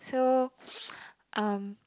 so um